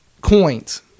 coins